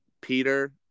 Peter